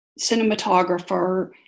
cinematographer